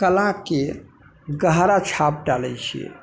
कलाके गहरा छाप डालै छियै